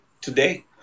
today